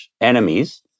enemies